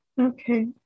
Okay